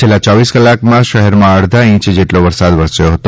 છેલ્લા ચોવીસ કલાકમાં શહેરમાં અડધા ઈંચ જેટલો વરસાદ વરસ્યો હતો